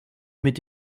mit